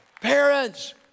Parents